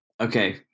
Okay